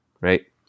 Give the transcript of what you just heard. Right